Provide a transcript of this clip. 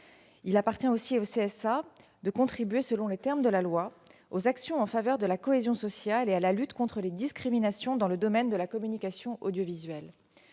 Il appartient aussi au CSA, selon la loi, de contribuer « aux actions en faveur de la cohésion sociale et à la lutte contre les discriminations dans le domaine de la communication audiovisuelle